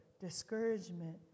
discouragement